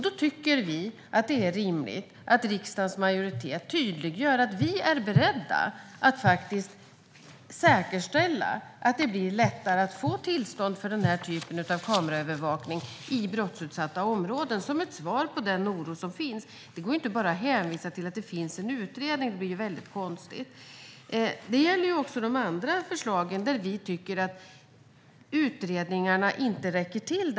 Då tycker vi att det är rimligt att riksdagens majoritet tydliggör att vi är beredda att faktiskt säkerställa att det blir lättare att få tillstånd för den här typen av kameraövervakning i brottsutsatta områden som ett svar på den oro som finns. Det går inte att bara hänvisa till att det finns en utredning. Det blir väldigt konstigt. Det gäller också de andra förslagen där vi tycker att utredningarna inte räcker till.